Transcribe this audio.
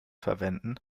verwenden